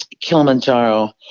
Kilimanjaro